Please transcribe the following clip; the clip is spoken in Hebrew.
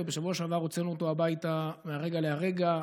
ובשבוע שעבר הוצאנו אותו הביתה מהרגע להרגע.